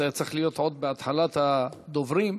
זה היה צריך להיות עוד בהתחלת נאומי הדוברים.